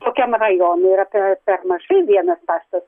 tokiam rajonui yra per mažai vienas postatas